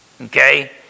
Okay